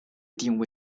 定位